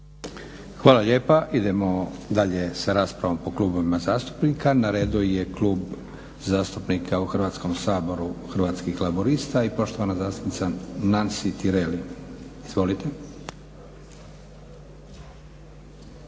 Hvala lijepa. Idemo dalje sa raspravom po klubovima zastupnika. Na redu je Klub zastupnika u Hrvatskom saboru Hrvatskih laburista i poštovana zastupnica Nansi Tireli. Izvolite.